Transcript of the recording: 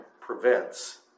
prevents